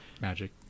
magic